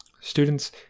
Students